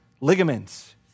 ligaments